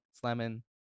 slamming